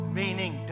meaning